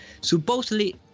supposedly